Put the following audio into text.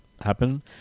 happen